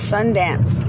Sundance